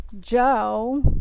Joe